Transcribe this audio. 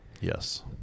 Yes